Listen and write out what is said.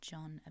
John